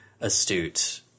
astute